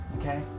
okay